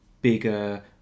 Bigger